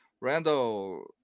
Randall